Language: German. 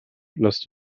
lasst